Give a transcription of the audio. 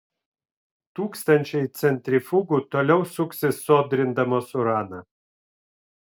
tūkstančiai centrifugų toliau suksis sodrindamos uraną